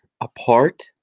apart